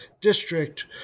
district